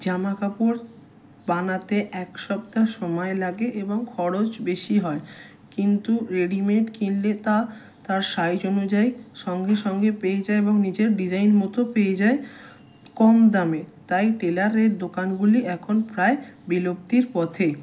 জামা কাপড় বানাতে এক সপ্তাহ সময় লাগে এবং খরচ বেশি হয় কিন্তু রেডিমেড কিনলে তা তার সাইজ অনুযায়ী সঙ্গে সঙ্গে পেয়ে যায় এবং নিজের ডিজাইন মতো পেয়ে যায় কম দামে তাই টেলারের দোকানগুলি এখন প্রায় বিলুপ্তির পথে